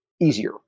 easier